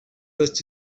must